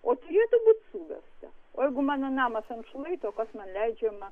o turėtų būt suvesta o jeigu mano namas ant šlaito kas man leidžiama